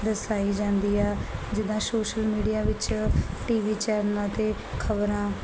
ਦਰਸਾਈ ਜਾਂਦੀ ਆ ਜਿਦਾਂ ਸੋਸ਼ਲ ਮੀਡੀਆ ਵਿੱਚ ਟੀਵੀ ਚੈਨਲਾ ਤੇ ਖਬਰਾਂ